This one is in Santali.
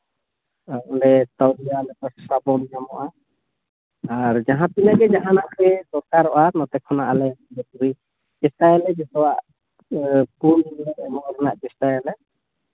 ᱚᱸᱰᱮ ᱟᱨ ᱡᱟᱦᱟᱸ ᱛᱤᱱᱟᱹᱜ ᱜᱮ ᱡᱟᱦᱟᱱᱟᱜ ᱜᱮ ᱫᱚᱨᱠᱟᱨᱚᱜᱼᱟ ᱱᱚᱛᱮ ᱠᱷᱚᱱᱟᱜ ᱟᱞᱮ ᱪᱮᱥᱴᱟᱭᱟᱞᱮ ᱡᱚᱛᱚᱣᱟᱜ ᱮᱢᱚᱜ ᱨᱮᱱᱟᱜ ᱪᱮᱥᱴᱟᱭᱟᱞᱮ